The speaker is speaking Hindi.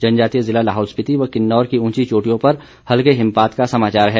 जनजातीय जिला लाहौल स्पिति व किन्नौर की उंची चोटियों पर हल्के हिमपात का समाचार है